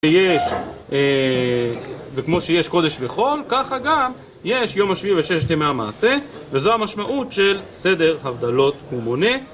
כמו שיש קודש וחול, ככה גם יש יום השביעי וששת ימי המעשה, וזו המשמעות של סדר, הבדלות ומונה.